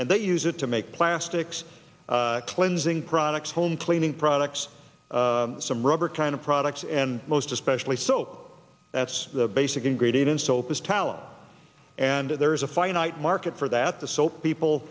and they use it to make plastics cleansing products home cleaning products some rubber kind of products and most especially so that's the basic ingredient in soap is talent and there's a finite market for that the so people